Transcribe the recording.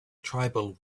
tribal